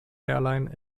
airline